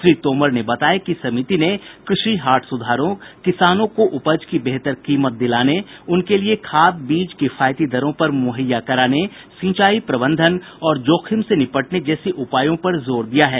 श्री तोमर ने बताया कि समिति ने कृषि हाट किसानों को उपज की बेहतर कीमत दिलाने उनके लिए खाद बीज वगैरह किफायती दरों पर मुहैया कराने सिचांई प्रबंधन और जोखिम से निपटने जैसे उपायों पर जोर दिया है